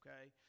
okay